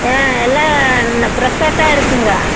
ஆ எல்லாம் ஃப்ரெஷ்ஷாக தான் இருக்குதுங்க